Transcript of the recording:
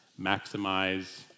maximize